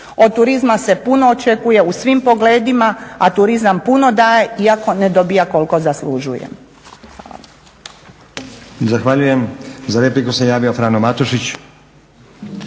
Od turizma se puno očekuje u svim pogledima, a turizam puno daje iako ne dobiva koliko zaslužuje.